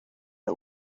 der